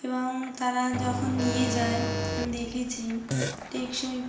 এবং তারা যখন নিয়ে যায় আমি দেখেছি টেকসই